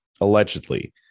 allegedly